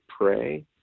pray